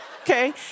okay